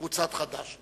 קבוצת חד"ש,